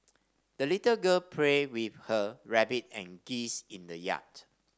the little girl played with her rabbit and geese in the yard